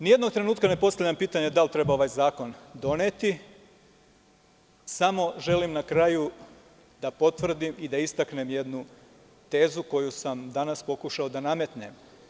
Ni jednog trenutka ne postavljam pitanje da li treba ovaj zakon doneti, samo želim na kraju da potvrdim i da istaknem jednu tezu koju sam danas pokušao da nametnem.